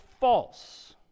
false